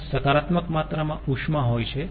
ત્યાં સકારત્મક માત્રામાં ઉષ્મા હોય છે